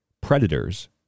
predators